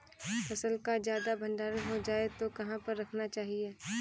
फसल का ज्यादा भंडारण हो जाए तो कहाँ पर रखना चाहिए?